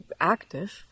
active